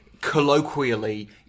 colloquially